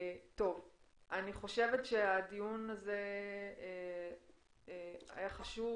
אני חושבת שהדיון הזה היה חשוב.